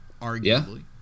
arguably